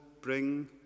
bring